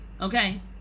Okay